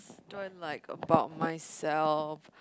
what do I like about myself